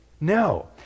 No